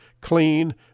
clean